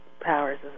powers